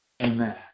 Amen